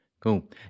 Cool